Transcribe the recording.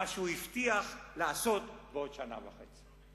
מה שהוא הבטיח לעשות בעוד שנה וחצי?